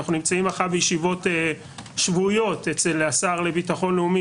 אנחנו נמצאים מחר בישיבות שבועיות אצל השר לביטחון לאומי